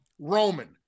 roman